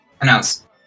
Announce